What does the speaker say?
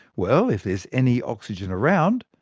well, if there's any oxygen around,